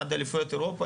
עד אליפויות אירופה,